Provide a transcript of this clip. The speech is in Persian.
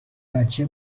بچه